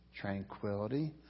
tranquility